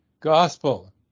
gospel